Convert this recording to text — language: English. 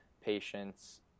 patients